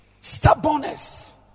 stubbornness